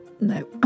No